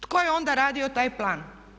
Tko je onda radio taj plan?